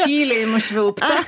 tyliai nušvilpta